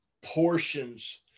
portions